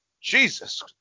Jesus